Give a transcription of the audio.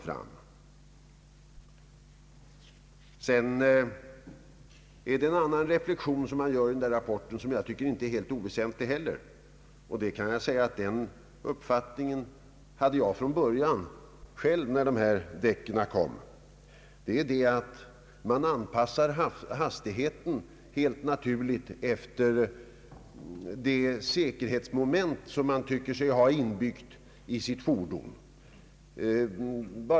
I rapporten görs även en annan reflexion, som jag inte heller tycker är helt oväsentlig — den uppfattningen hade jag själv när dessa däck kom — nämligen att man helt naturligt anpassar hastigheten efter de säkerhetsmoment som man tycker sig ha inbyggda i sitt fordon.